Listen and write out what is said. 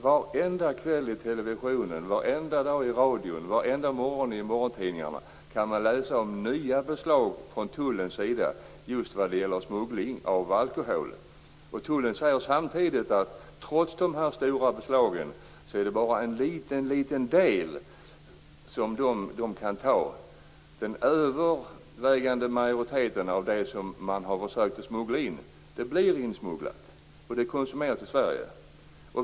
Varenda kväll i TV kan vi se, varenda dag i radio kan vi höra och varenda morgon i tidningarna kan vi läsa om nya beslag från tullens sida just vad gäller smuggling av alkohol. Tullen säger samtidigt att det trots beslagen bara är en liten del som kan tas. Den övervägande majoriteten av det som man försöker smuggla in blir ändå insmugglad och konsumeras i Sverige.